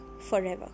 forever